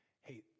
Hey